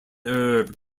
herb